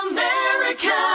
America